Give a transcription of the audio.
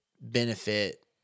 benefit